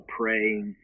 praying